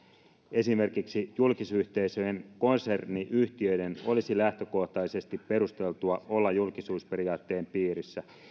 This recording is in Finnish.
esimerkiksi julkisyhteisöjen konserniyhtiöiden olisi lähtökohtaisesti perusteltua olla julkisuusperiaatteen piirissä